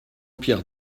pierre